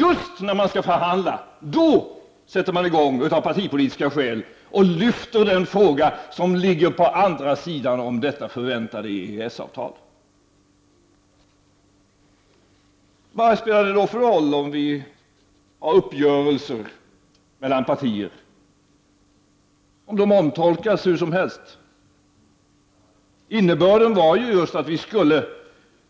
Just när vi skall förhandla sätter man i gång, av partipolitiska skäl, att lyfta fram den fråga som ligger på andra sidan om detta förväntade EES-avtal. Vad spelar det för roll om vi har uppgörelser mellan partierna, ifall de om tolkas hur som helst? Innebörden var att vi skulle